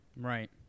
Right